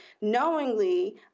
knowingly